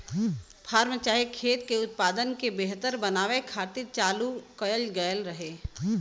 form चाहे खेत के उत्पादन के बेहतर बनावे खातिर चालू कएल गएल रहे